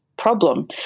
problem